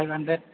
five hundred